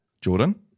Jordan